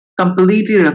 completely